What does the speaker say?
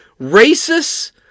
racists